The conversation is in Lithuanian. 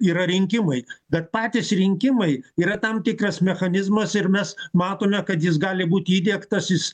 yra rinkimai bet patys rinkimai yra tam tikras mechanizmas ir mes matome kad jis gali būti įdiegtas jis